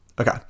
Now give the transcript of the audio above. Okay